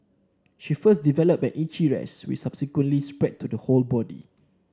she first developed an itchy rash which subsequently spread to the whole body